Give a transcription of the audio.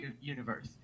universe